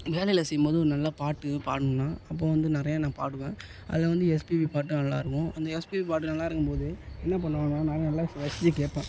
வேலையில் செய்யும் போது ஒரு நல்ல பாட்டு பாடணுன்னா அப்போ வந்து நிறையா நான் பாடுவேன் அதில் வந்து எஸ்பிபி பாட்டு நல்லாருக்கும் அந்த எஸ்பிபி பாட்டு நல்லாருக்கும் போது என்ன பண்ணுவாங்கன்னா நான் நல்லா ரசித்து கேட்பேன்